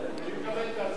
אני מקבל את ההצעה,